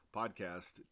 podcast